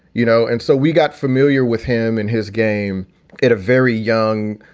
you know, and so we got familiar with him in his game at a very young,